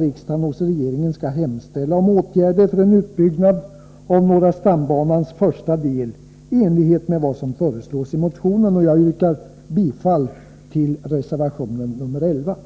Jag yrkar bifall till reservation nr 11.